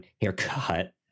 haircut